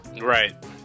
Right